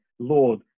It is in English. lord